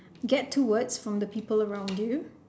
get two words from the people around you